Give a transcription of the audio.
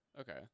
Okay